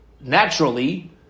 naturally